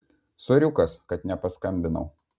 soriukas kad nepaskambinau